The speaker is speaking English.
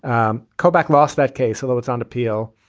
um kobach lost that case, although it's on appeal.